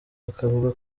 bakavuga